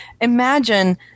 imagine